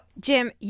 Jim